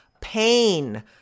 pain